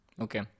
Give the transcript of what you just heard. Okay